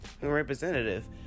representative